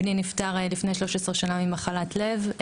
בני נפטר לפני 13 שנה ממחלת לב.